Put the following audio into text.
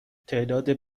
تعداد